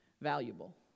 valuable